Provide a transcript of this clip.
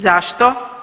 Zašto?